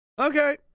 Okay